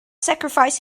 sacrifice